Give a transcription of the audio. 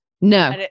No